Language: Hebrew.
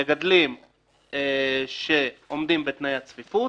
מגדלים שעומדים בתנאי הצפיפות,